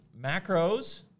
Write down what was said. Macros